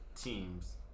teams